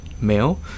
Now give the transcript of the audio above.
male